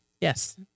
Yes